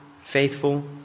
faithful